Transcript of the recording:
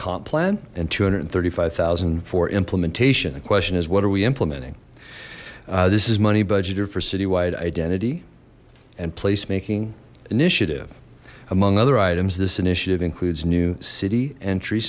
comp plan and two hundred and thirty five zero for implementation a question is what are we implementing this is money budgeted for city wide identity and placemaking initiative among other items this initiative includes new city entry